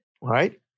Right